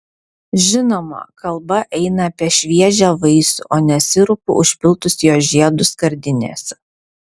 žinoma kalba eina apie šviežią vaisių o ne sirupu užpiltus jos žeidus skardinėse